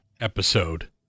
episode